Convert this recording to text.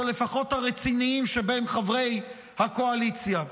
או לפחות הרציניים שבין חברי הקואליציה.